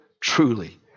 truly